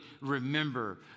remember